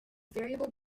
variable